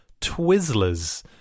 Twizzlers